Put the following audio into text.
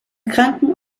kranken